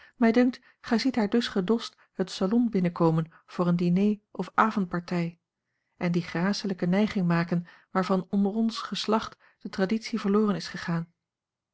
gij ziet haar dus gedost het salon binnenkomen voor een diner of avondpartij en die gracelijke nijging maken waarvan onder ons geslacht de traditie verloren is gegaan